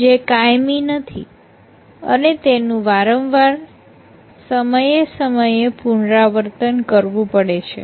જે કાયમી નથી અને તેનું વારંવાર સમયે સમયે પુનરાવર્તન કરવું પડે છે